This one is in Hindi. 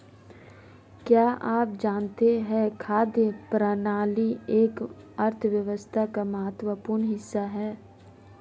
क्या आप जानते है खाद्य प्रणाली एक अर्थव्यवस्था का महत्वपूर्ण हिस्सा है?